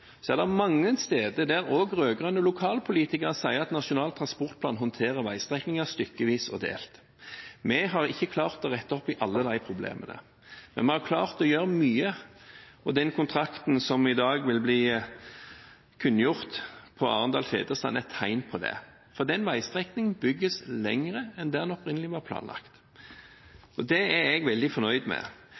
er det mange steder også rød-grønne lokalpolitikere som sier at Nasjonal transportplan håndterer veistrekninger stykkevis og delt. Vi har ikke klart å rette opp i alle de problemene, men vi har klart å gjøre mye. Den kontrakten som i dag vil bli kunngjort for Arendal–Tvedestrand, er et tegn på det. Den veistrekningen bygges lenger enn det den opprinnelig var planlagt. Det er jeg veldig fornøyd med.